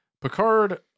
Picard